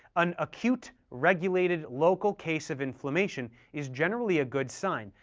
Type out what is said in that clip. an acute, regulated, local case of inflammation is generally a good sign,